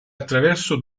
attraverso